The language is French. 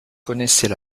connaissait